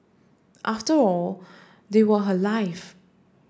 after all they were her life